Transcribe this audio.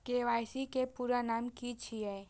KYC के पूरा नाम की छिय?